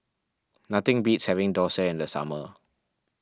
nothing beats having Dosa in the summer